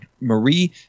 Marie